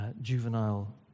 juvenile